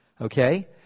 Okay